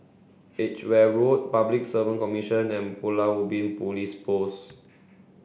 Edgeware Road Public Service Commission and Pulau Ubin Police Post